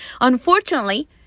Unfortunately